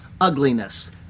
ugliness